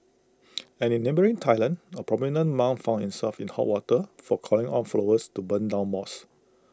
and in neighbouring Thailand A prominent monk found himself in hot water for calling on followers to burn down moth